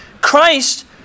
Christ